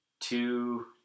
two